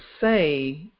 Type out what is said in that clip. say